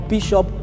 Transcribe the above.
Bishop